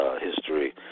history